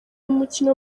umukino